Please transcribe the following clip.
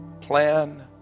plan